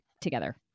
together